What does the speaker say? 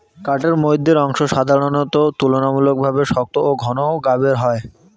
কাঠের মইধ্যের অংশ সাধারণত তুলনামূলকভাবে শক্ত ও ঘন গাবের হয়